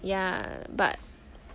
ya but